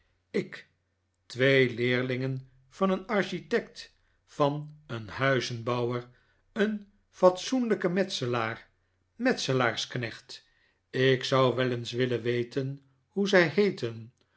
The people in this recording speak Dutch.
ik twee leerlingen van een architect van een huizenbouwer een fatsoenlijken metselaar metselaarsknechts ik zou wel eens willen weten hoe zij heeten